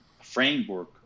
framework